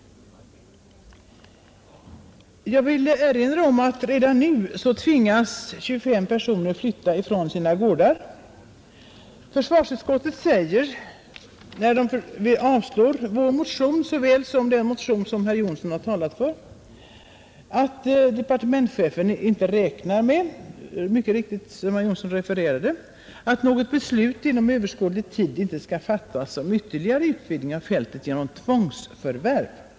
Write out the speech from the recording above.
Jag vill erinra om att redan nu tvingas cirka 25 personer flytta från sina gårdar. Försvarsutskottet säger, när det avstyrker vår motion liksom den motion herr Jonsson talat för, att departementschefen emellertid inte räknar med — herr Jonsson refererar uttalandet riktigt — att något beslut under överskådlig tid skall fattas om ytterligare utvidgning av fältet genom tvångsförvärv.